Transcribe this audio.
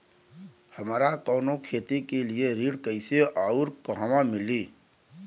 हमरा कवनो खेती के लिये ऋण कइसे अउर कहवा मिली?